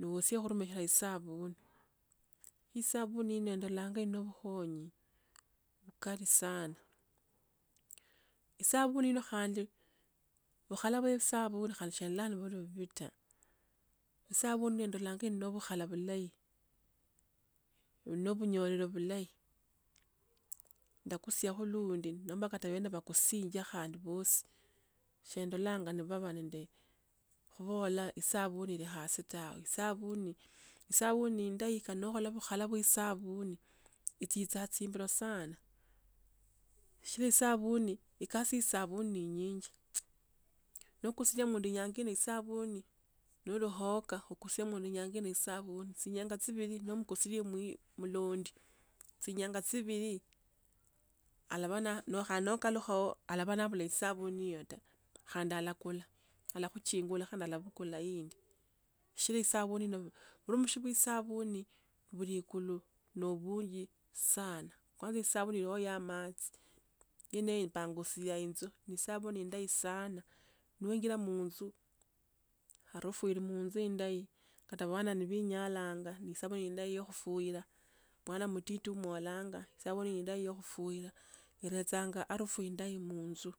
Nowosia khurumisha is avundu. Isavuni ino endolanga inende vukhunyi vukali sana. isavuni ino khandi, vukhala vye esavuni send ola nivuli vuvi ta .Esavuni endolanga yiono vukhala vulayi, ulo vunyoriro vulayi. Ndakusiakho lundi nomba kate vene vakusianga khandi vosi, shendolanga nivava nende khuvola esavuni reyasi tawe. Isavuni esavuni neyindayi khala nokhola ovukhala vwa esavuni, itsitsanga etsimbiro sana. Shichira esavuni ekasi ye savuni neinyishi. Nokusiya mundu inyanga ino esavuni, noruhokha okosemwe nenyange ni esavuni, tsinyanga tsivili nomkusiye omu mulondi tsinyanga tsivili, alava na no kha nokalukhao olava navulai esavuni hiyo ta, khanda alakula, alakhujingula khandi alavukula eyindi, shichira si esavuni uni ino vurumishi vwa isavuni vuli ikulu novunji sana. Kwanza isavuni iliyo ya matsi yeneyo ipangusiya itsu nisavuni indeyi sana. niwinjira mutsu harufu ili mutsu indeyo kata avana ni vava nivenyalanga ni savuni ni savuni indeyi yo khufuyira. mwana mtiti umolanga iretsanga harufu indeyi mutsu